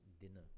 dinner